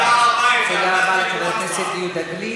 אין הר-הבית, אל-אקצא.